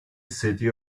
city